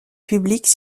publique